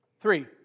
Three